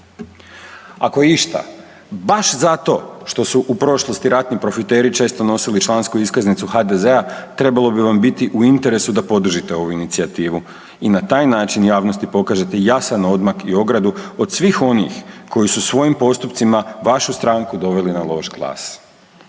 Ako je išta baš zato što su u prošlosti ratni profiteri često nosili člansku iskaznicu HDZ-a trebalo bi vam biti u interesu da podržite ovu inicijativu i na taj način javnosti pokažete jasan odmak i ogradu od svih onih koji su svojim postupcima vašu stranku doveli na loš glas